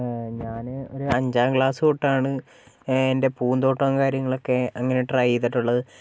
ഞാന് ഒര് അഞ്ചാം ക്ലാസ്സ് തൊട്ടാണ് എൻ്റെ പൂന്തോട്ടം കാര്യങ്ങളുമൊക്കെ അങ്ങനെ ട്രൈ ചെയ്തിട്ടുള്ളത്